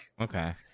okay